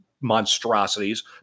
monstrosities